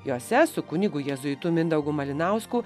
jose su kunigu jėzuitu mindaugu malinausku